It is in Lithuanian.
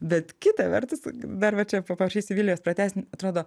bet kita vertus dar va čia paprašysiu vilijos pratęst atrodo